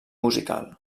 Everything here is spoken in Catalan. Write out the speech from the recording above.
musical